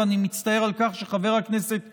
ואני מצטער על כך שחבר הכנסת קיש,